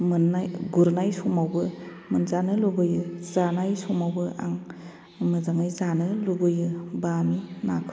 मोननाय गुरनाय समावबो मोनजानो लुबैयो जानाय समावबो आं मोजाङै जानो लुबैयो बामि नाखौ